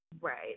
Right